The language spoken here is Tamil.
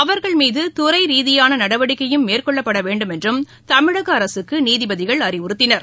அவர்கள் மீது துறை ரீதியான நடவடிக்கையும் மேற்கொள்ளப்பட வேண்டும் என்றும் தமிழக அரசுக்கு நீதிபதிகள் அறிவுறுத்தினர்